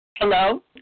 Hello